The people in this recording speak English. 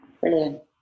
Brilliant